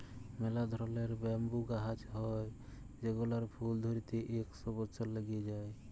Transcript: ম্যালা ধরলের ব্যাম্বু গাহাচ হ্যয় যেগলার ফুল ধ্যইরতে ইক শ বসর ল্যাইগে যায়